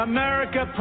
America